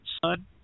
son